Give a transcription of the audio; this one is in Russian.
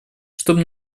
чтобы